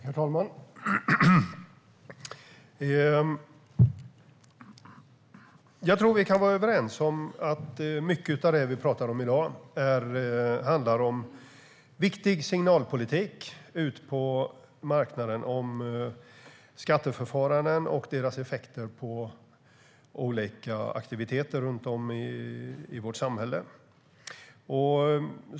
Herr talman! Jag tror att vi kan vara överens om att mycket av det vi talar om i dag handlar om viktig signalpolitik om skatteförfaranden och deras effekter på olika aktiviteter i vårt samhälle.